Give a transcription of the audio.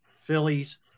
Phillies